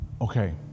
Okay